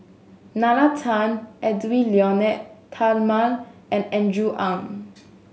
Nalla Tan Edwy Lyonet Talma and Andrew Ang